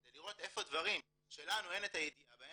כדי לראות איפה דברים שלנו אין את הידיעה בהם